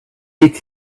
did